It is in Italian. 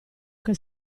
che